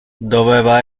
doveva